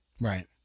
Right